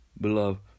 beloved